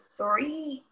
three